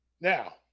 Now